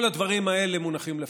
כל הדברים האלה מונחים לפנינו.